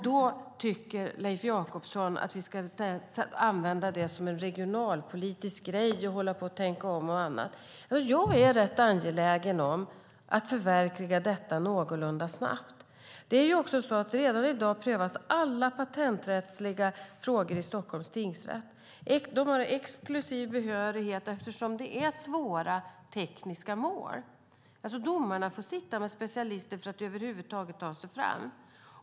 Då tycker Leif Jakobsson att vi ska använda det som en regionalpolitisk grej och hålla på att tänka om och annat. Jag är rätt angelägen om att förverkliga detta någorlunda snabbt. Det är också så att alla patenträttsliga frågor redan i dag prövas i Stockholms tingsrätt. De har exklusiv behörighet eftersom det är svåra tekniska mål. Domarna får sitta med specialister för att över huvud taget ta sig fram.